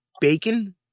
bacon